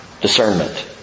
Discernment